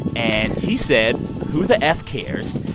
and he said, who the f cares?